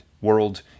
world